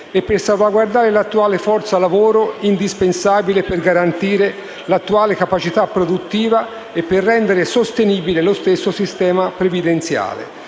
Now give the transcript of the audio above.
e per salvaguardare l'attuale forza lavoro indispensabile per garantire la capacità produttiva e per rendere sostenibile lo stesso sistema previdenziale.